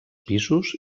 pisos